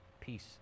peace